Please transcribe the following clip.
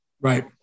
right